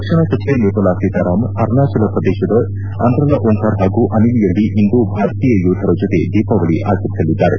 ರಕ್ಷಣಾ ಸಚಿವೆ ನಿರ್ಮಲಾ ಸೀತಾರಾಮನ್ ಅರುಣಾಚಲ ಪ್ರದೇಶದ ಅಂದ್ರ ಲಾ ಓಂಕಾರ್ ಹಾಗೂ ಅನಿನಿಯಲ್ಲಿ ಇಂದು ಭಾರತೀಯ ಯೋಧರ ಜೊತೆ ದೀಪಾವಳಿ ಆಚರಿಸಲಿದ್ದಾರೆ